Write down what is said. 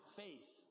faith